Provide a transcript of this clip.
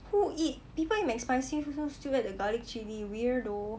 who eat people eat mcspicy also still add the garlic chilli weirdo